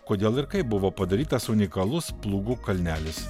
kodėl ir kaip buvo padarytas unikalus plūgų kalnelis